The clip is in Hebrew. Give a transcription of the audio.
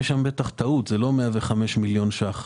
יש שם בטח טעות, זה לא 105 מיליון ש"ח.